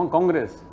Congress